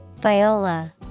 Viola